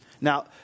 now